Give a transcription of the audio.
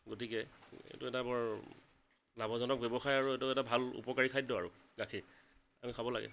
গতিকে এইটো এটা বৰ লাভজনক ব্যৱসায় আৰু এইটো এটা ভাল উপকাৰী খাদ্য আৰু গাখীৰ আমি খাব লাগে